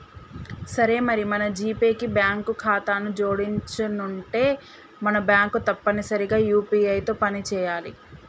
సరే మరి మన జీపే కి బ్యాంకు ఖాతాను జోడించనుంటే మన బ్యాంకు తప్పనిసరిగా యూ.పీ.ఐ తో పని చేయాలి